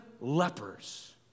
lepers